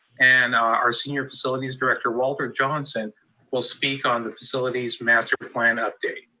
and our senior facilities director walter johnson will speak on the facilities' master plan update.